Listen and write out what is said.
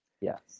Yes